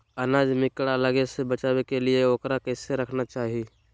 अनाज में कीड़ा लगे से बचावे के लिए, उकरा कैसे रखना चाही?